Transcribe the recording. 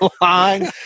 line